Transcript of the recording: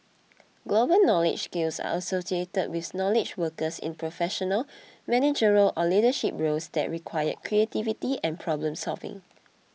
global knowledge skills are associated with knowledge workers in professional managerial or leadership roles that require creativity and problem solving